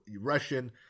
Russian